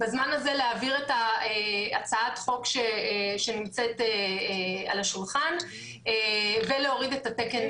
בזמן הזה להעביר את הצעת החוק שנמצאת על השולחן ולהוריד את התקן